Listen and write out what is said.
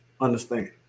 understand